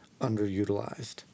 underutilized